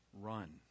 Run